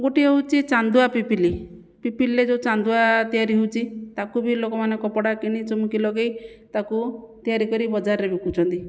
ଗୋଟିଏ ହେଉଛି ଚାନ୍ଦୁଆ ପିପିଲି ପିପିଲିରେ ଯେଉଁ ଚାନ୍ଦୁଆ ତିଆରି ହେଉଛି ତାକୁ ବି ଲୋକମାନେ କପଡ଼ା କିଣି ଚୁମୁକି ଲଗାଇ ତାକୁ ତିଆରି କରି ବଜାରରେ ବିକୁଛନ୍ତି